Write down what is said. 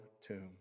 tomb